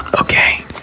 okay